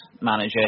manager